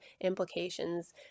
implications